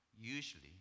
usually